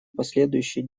последующей